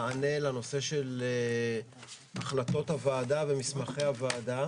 מענה לנושא של החלטות הוועדה ומסמכי הוועדה